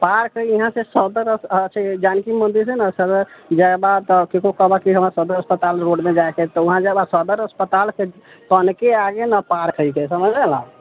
park हय इहाँसे सए तरफ अछ जानकी मन्दिर हय नऽ येह बात ककरो कहबऽ कि हमरा सदर अस्पताल रोड मे जाइ के हय तऽ उहाँ जब सदर अस्पताल के तनिके आगे न पार्क हय के समझले न